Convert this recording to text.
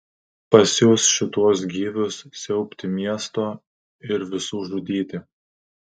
pasiųs šituos gyvius siaubti miesto ir visų žudyti